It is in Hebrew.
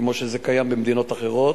כמו שזה קיים במדינות אחרות.